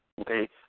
okay